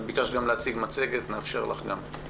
את ביקשת גם להציג מצגת ונאפשר לך להציג אותה.